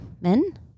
men